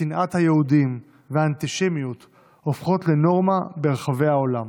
שנאת היהודים והאנטישמיות הופכות לנורמה ברחבי העולם.